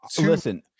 Listen